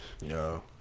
Yo